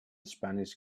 spanish